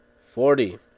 Forty